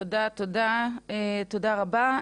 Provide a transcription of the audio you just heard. תודה רבה.